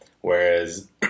Whereas